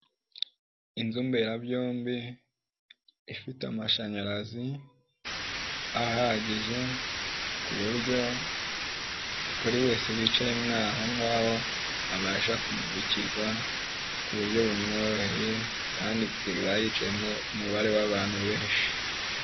Inzu mberabyombi ifite amashanyarazi ahagije ku buryo buri wese wicaye mwa aho ngaho abasha kumurikirwa ku buryo bumworoheye kandi ikaba yicayemo umubare w'abantu benshi.